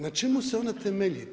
Na čemu se ona temelji?